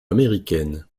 américaines